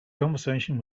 conversation